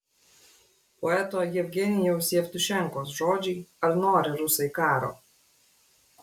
poeto jevgenijaus jevtušenkos žodžiai ar nori rusai karo